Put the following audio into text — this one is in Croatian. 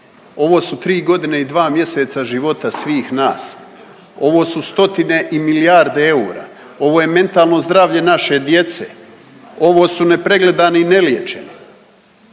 Ovo su 3.g. i 2 mjeseca života svih nas, ovo su stotine i milijarde eura, ovo je mentalno zdravlje naše djece, ovo su nepregledani i neliječeni